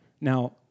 Now